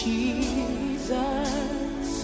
Jesus